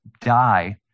die